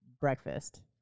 breakfast